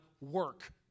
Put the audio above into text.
work